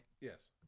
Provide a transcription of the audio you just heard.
Yes